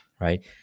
right